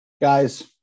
Guys